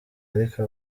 ariko